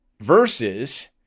Versus